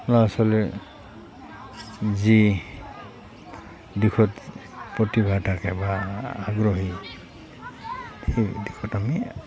ল'ৰা ছোৱালীৰ যি দিশত প্ৰতিভা থাকে বা আগ্ৰহী সেই দিশত আমি